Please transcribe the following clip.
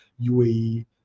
UAE